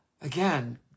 again